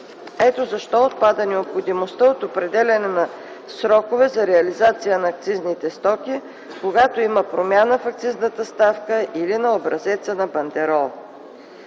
Ето защо отпада необходимостта от определяне на срокове за реализация на акцизните стоки, когато има промяна в акцизната ставка или на образеца на бандерол.